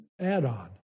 add-on